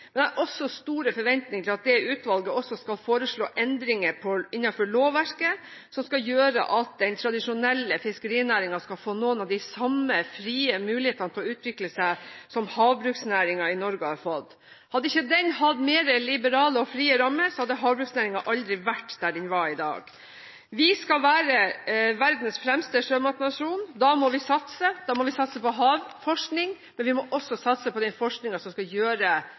har også store forventninger til at det utvalget også skal foreslå endringer innenfor lovverket som skal gjøre at den tradisjonelle fiskerinæringen skal få noen av de samme frie mulighetene til å utvikle seg som havbruksnæringen i Norge har fått. Hadde ikke den hatt mer liberale og frie rammer, hadde havbruksnæringen aldri vært der den er i dag. Vi skal være verdens fremste sjømatnasjon. Da må vi satse – da må vi satse på havforskning, men vi må også satse på den forskningen som skal gjøre